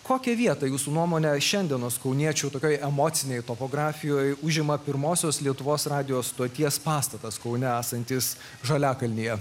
kokią vietą jūsų nuomone šiandienos kauniečių tokioj emocinėj topografijoj užima pirmosios lietuvos radijo stoties pastatas kaune esantis žaliakalnyje